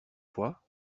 fois